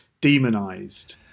demonized